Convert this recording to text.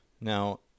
Now